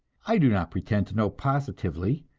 i do not pretend to know positively.